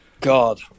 god